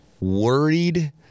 worried